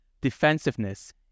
defensiveness